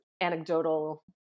anecdotal